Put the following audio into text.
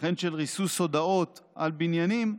וכן של ריסוס הודעות על בניינים.